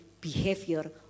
behavior